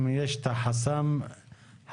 אם יש את חסם ההגדרה,